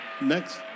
next